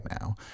now